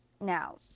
now